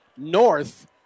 North